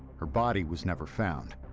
her body was never found,